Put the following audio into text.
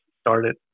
started